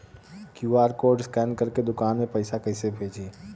QR code scan करके दुकान में पैसा कइसे भेजी?